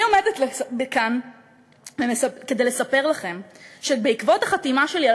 אני עומדת כאן כדי לספר לכם שבעקבות החתימה שלי על